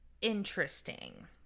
interesting